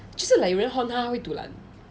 就是有人 horn 他他会 dulan